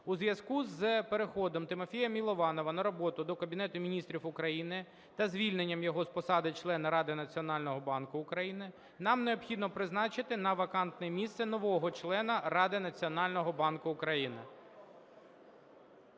У зв'язку з переходом Тимофія Милованова на роботу до Кабінету Міністрів України та звільненням його з посади члена Національного банку України, нам необхідно призначити на вакантне місце нового члена Ради Національного банку України.